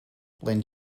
lend